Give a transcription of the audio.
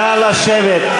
נא לשבת.